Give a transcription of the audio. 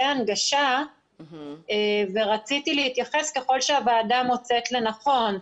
הנגשה ורציתי להתייחס ככל שהוועדה מוצאת לנכון.